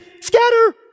Scatter